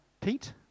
Pete